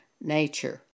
nature